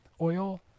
oil